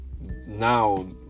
now